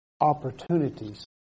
opportunities